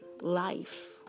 life